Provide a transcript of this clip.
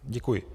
Děkuji.